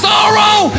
Sorrow